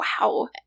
Wow